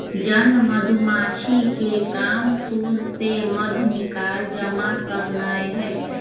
जन मधूमाछिके काम फूल से मध निकाल जमा करनाए हइ